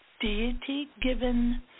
deity-given